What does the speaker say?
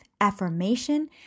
affirmation